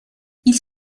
ils